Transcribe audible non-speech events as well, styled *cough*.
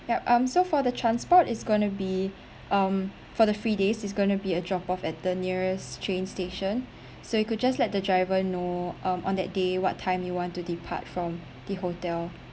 yup um so for the transport it's gonna be um for the free days it's gonna be a drop off at the nearest train station *breath* so you could just let the driver know um on that day what time you want to depart from the hotel